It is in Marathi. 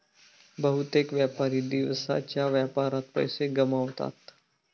बहुतेक व्यापारी दिवसाच्या व्यापारात पैसे गमावतात